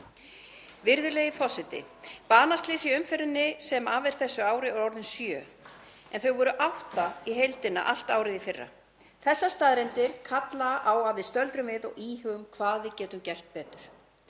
Virðulegi forseti. Banaslys í umferðinni sem af er þessu ári eru orðin sjö en þau voru átta í heildina allt árið í fyrra. Þessar staðreyndir kalla á að við stöldrum við og íhugum hvað við getum gert betur.